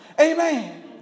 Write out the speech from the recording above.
Amen